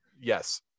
yes